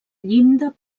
llinda